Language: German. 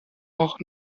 noch